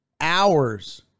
hours